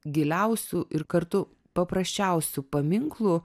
giliausių ir kartu paprasčiausių paminklų